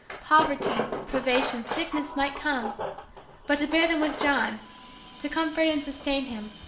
poverty, privation, sickness might come but to bear them with john to comfort and sustain him,